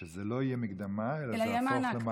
שזה לא יהיה מקדמה אלא יהיה מענק.